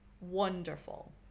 wonderful